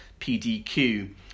PDQ